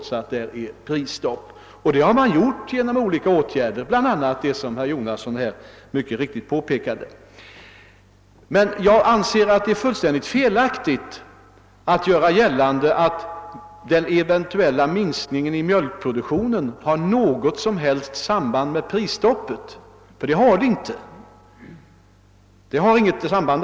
Så har redan blivit fallet genom olika åtgärder, bl.a. den som herr Jonasson nyss nämnde. Det är fullständigt felaktigt att göra gällande att den eventuella minskningen av mjölkproduktionen har något samband med Pprisstoppet; det föreligger inte alls något sådant samband.